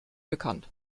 bekannt